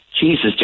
Jesus